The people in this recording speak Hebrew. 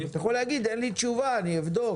אתה יכול להגיד: אין לי תשובה, אני אבדוק.